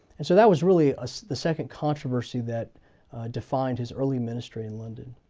and so that was really ah so the second controversy that defined his early ministry in london.